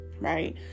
right